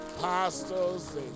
pastors